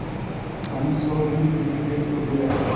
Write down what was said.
पानी सौ degree centigrade पर उबले लागेला